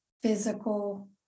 physical